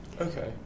Okay